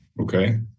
okay